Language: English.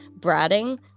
bratting